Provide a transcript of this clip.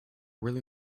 really